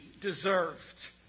deserved